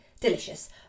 delicious